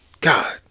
God